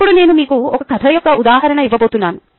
ఇప్పుడు నేను మీకు ఒక కథ యొక్క ఉదాహరణ ఇవ్వబోతున్నాను